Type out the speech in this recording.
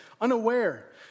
unaware